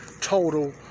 total